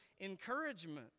encouragement